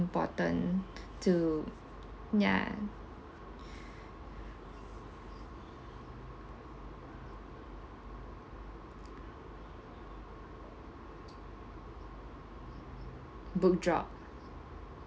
important too ya book drop